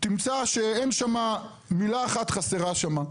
תמצא שאין שם מילה אחת חסרה שם.